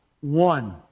One